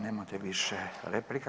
Nemate više replika.